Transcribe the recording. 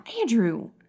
Andrew